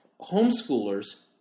Homeschoolers